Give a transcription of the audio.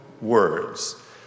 words